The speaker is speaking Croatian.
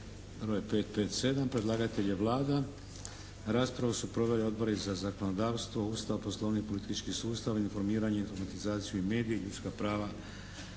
557; Predlagatelj je Vlada. Raspravu su proveli: Odbori za zakonodavstvo, Ustav, Poslovnik i politički sustav, informiranje, informatizaciju i medije, ljudska prava